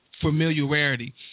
familiarity